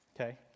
okay